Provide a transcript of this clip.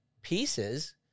pieces